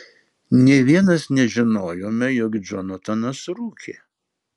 nė vienas nežinojome jog džonatanas rūkė